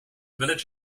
village